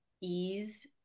ease